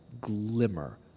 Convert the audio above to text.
glimmer